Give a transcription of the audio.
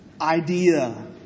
idea